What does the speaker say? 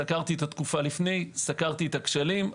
סקרתי את התקופה לפני, את הכשלים.